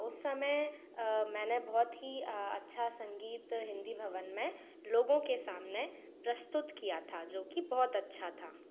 उस समय मैंने बहुत ही अच्छा संगीत हिंदी भवन में लोगों के सामने प्रस्तुत किया था जो कि बहुत अच्छा था